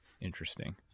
Interesting